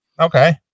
Okay